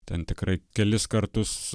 ten tikrai kelis kartus